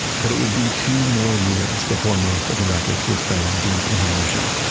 but it would be two more years before most of the wreckage was found deep in the ocean.